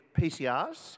PCRs